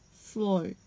slow